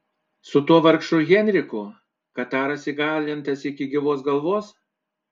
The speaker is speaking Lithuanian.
su tuo vargšu henriku kataras įkalintas iki gyvos galvos